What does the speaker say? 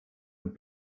und